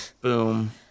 Boom